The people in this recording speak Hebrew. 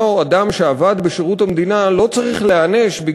אותו אדם שעבד בשירות המדינה לא צריך להיענש כי